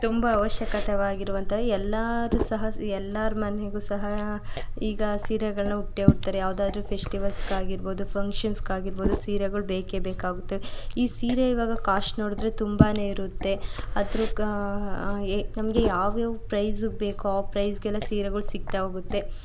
ತುಂಬ ಅವಶ್ಯಕವಾಗಿರುವಂಥ ಎಲ್ಲರೂ ಸಹ ಎಲ್ಲರ ಮನೆಲೂ ಸಹ ಈಗ ಸೀರೆಗಳನ್ನ ಉಟ್ಟೇ ಉಡ್ತಾರೆ ಯಾವುದಾದ್ರೂ ಫೆಸ್ಟಿವಲ್ಸ್ಗಾಗಿರ್ಬೋದು ಫಂಕ್ಷನ್ಸ್ಗಾಗಿರ್ಬೋದು ಸೀರೆಗಳು ಬೇಕೆ ಬೇಕಾಗುತ್ತವೆ ಈ ಸೀರೆ ಈವಾಗ ಕಾಶ್ಟ್ ನೋಡಿದರೆ ತುಂಬ ಇರುತ್ತೆ ಅದೃಕ್ಕ ನಮಗೆ ಯಾವ ಯಾವ ಪ್ರೈಸಿಗೆ ಬೇಕೋ ಆ ಪ್ರೈಸ್ಗೆಲ್ಲ ಸೀರೆಗಳು ಸಿಗ್ತಾ ಹೋಗುತ್ತೆ